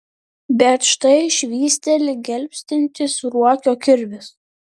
bet štai švysteli gelbstintis ruokio kirvis